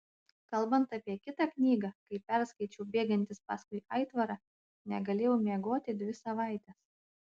kalbant apie kitą knygą kai perskaičiau bėgantis paskui aitvarą negalėjau miegoti dvi savaitės